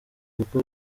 kuko